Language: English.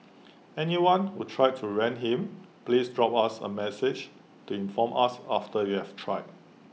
anyone who tried to rent him please drop us A message to inform us after you have tried